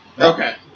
Okay